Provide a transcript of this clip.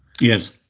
Yes